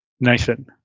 Nathan